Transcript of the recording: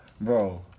Bro